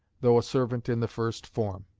though a servant in the first form.